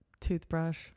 toothbrush